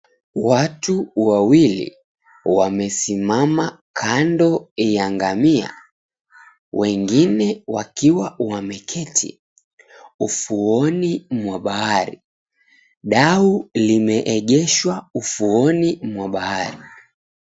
Watu wawili, wamesimama kando ya ngamia, wengine wakiwa wameketi ufuoni mwa bahari. Dau limeegeshwa ufuoni mwa bahari.